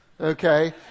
okay